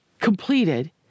completed